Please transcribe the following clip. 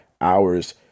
hours